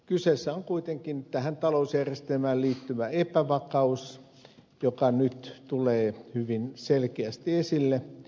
kyseessä on kuitenkin tähän talousjärjestelmään liittyvä epävakaus joka nyt tulee hyvin selkeästi esille